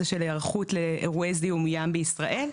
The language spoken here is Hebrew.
של היערכות לאירועי זיהום ים בישראל,